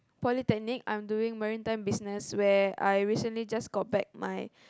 polytechnic I'm doing marine time business where I recently just got back my